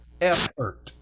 effort